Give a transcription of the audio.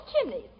chimneys